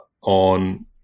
on